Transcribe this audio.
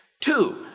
Two